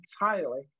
entirely